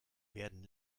werden